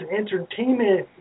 entertainment